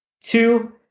Two